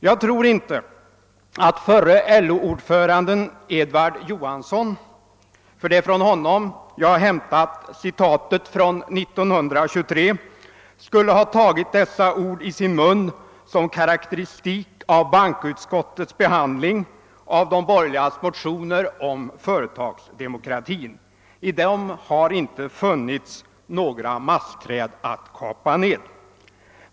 Jag tror inte att förre LO-ordföranden Edvard Johanson — det är nämligen från honom jag hämtat citatet av år 1923 — skulle ha använt dessa ord som karakteristik av bankoutskottets behandling av de borgerliga motionerna om företagsdemokrati; i dem har det inte funnits några mastträd att kapa.